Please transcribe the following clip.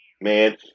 man